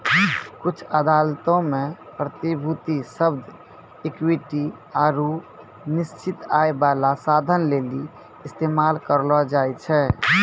कुछु अदालतो मे प्रतिभूति शब्द इक्विटी आरु निश्चित आय बाला साधन लेली इस्तेमाल करलो जाय छै